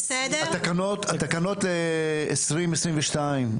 תקנות 2022,